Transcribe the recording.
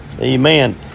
Amen